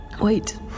Wait